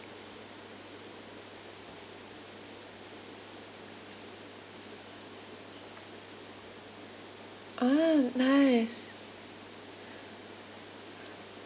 ah nice